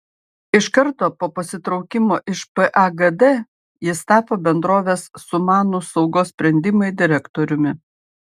iš karto po pasitraukimo iš pagd jis tapo bendrovės sumanūs saugos sprendimai direktoriumi